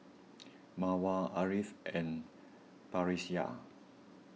Mawar Ariff and Batrisya